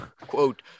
Quote